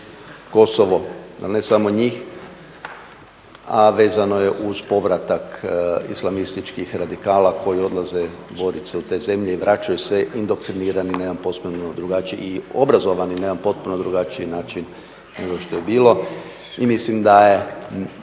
Kosovo ali ne samo njih, a vezano je uz povratak islamističkih radikala koji odlaze boriti se u te zemlje i vraćaju se indoktrinirani na jedan posebno drugačiji i obrazovani na jedan potpuno drugačiji način nego što je bilo. Mislim da je